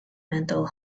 mental